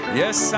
yes